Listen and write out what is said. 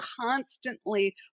constantly